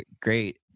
great